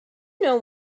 know